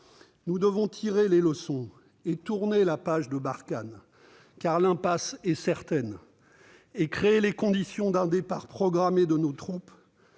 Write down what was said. Nous devons tirer les leçons et tourner la page de Barkhane, car l'impasse est certaine. Il faut créer les conditions d'un départ programmé de nos troupes,